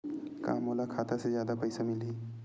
का मोला खाता से जादा पईसा मिलही?